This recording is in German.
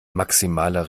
maximaler